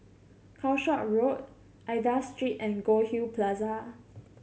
Calshot Road Aida Street and Goldhill Plaza